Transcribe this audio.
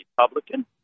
Republican